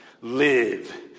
live